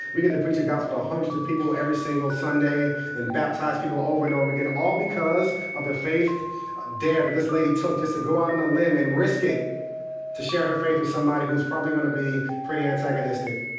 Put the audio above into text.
we get to preach the gospel to hundreds of people every single sunday and baptize people over and over again, all because of the faith dare that this lady took just to go out on a limb and risk it to share her faith with somebody who was probably going to be pretty antagonistic.